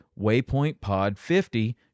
waypointpod50